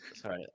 Sorry